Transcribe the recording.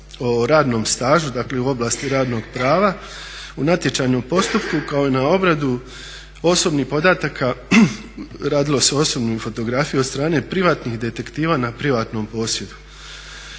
o radnom stažu, dakle u oblasti radnog prava, u natječajnom postupku kao i na obradu osobnih podataka, radilo se o osobnoj fotografiji od strane privatnih detektiva na privatnom posjedu.